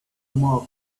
mob